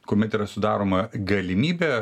kuomet yra sudaroma galimybė